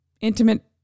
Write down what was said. intimate